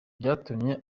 byatumye